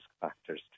factors